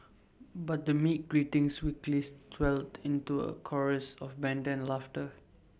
but the meek greetings weakness swelled into A chorus of banter laughter